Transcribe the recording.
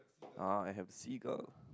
ah I have seagull